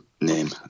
name